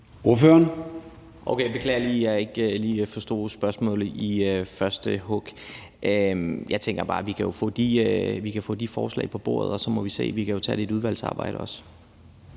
Rona (M): Okay, jeg beklager, at jeg ikke lige forstod spørgsmålet i første hug. Jeg tænker bare, at vi jo kan få de forslag på bordet, og så må vi se på det. Vi kan jo også tage det i udvalgsarbejdet.